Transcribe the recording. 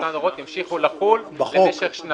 אותן הוראות ימשיכו לחול במשך שנתיים.